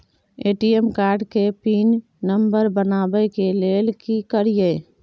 ATM card के PIN number बनाबै के लेल की करिए?